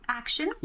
action